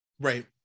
right